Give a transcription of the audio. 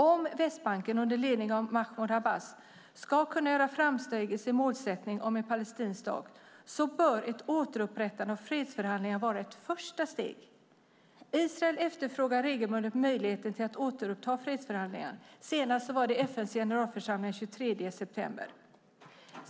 Om Västbanken under ledning av Mahmoud Abbas ska kunna göra framsteg i sin målsättning om en palestinsk stat bör ett återupprättande av fredsförhandlingar vara ett första steg. Israel efterfrågar regelbundet möjligheten att återuppta fredsförhandlingar. Senast skedde detta i FN:s generalförsamling den 23 september.